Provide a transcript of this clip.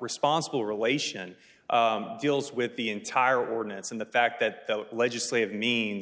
responsible relation deals with the entire ordinance and the fact that the legislative mean